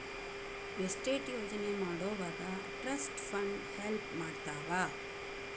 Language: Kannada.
ಎಸ್ಟೇಟ್ ಯೋಜನೆ ಮಾಡೊವಾಗ ಟ್ರಸ್ಟ್ ಫಂಡ್ ಹೆಲ್ಪ್ ಮಾಡ್ತವಾ